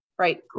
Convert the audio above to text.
Right